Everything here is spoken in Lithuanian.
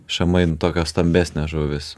šamai nu tokios stambesnės žuvys